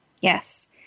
Yes